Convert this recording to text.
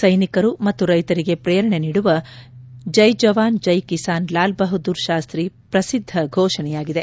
ಸೈನಿಕರು ಮತ್ತು ರೈತರಿಗೆ ಪ್ರೇರಣೆ ನೀಡುವ ಜೈಜವಾನ್ ಜೈಕಿಸಾನ್ ಲಾಲ್ ಬಹದ್ದೂರ್ ಶಾಸ್ತಿ ಪ್ರಸಿದ್ಧ ಘೋಷಣೆಯಾಗಿದೆ